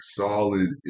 solid